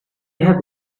have